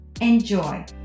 enjoy